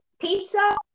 pizza